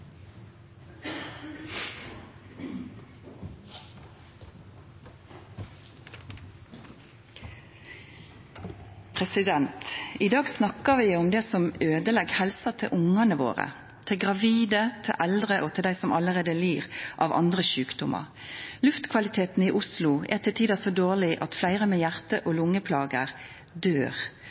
Stortinget. I dag snakkar vi om det som øydelegg helsa til ungane våre, til gravide, til eldre og til dei som allereie lir av sjukdomar. Luftkvaliteten i Oslo er til tider så dårleg at fleire med hjarte- og lungeplager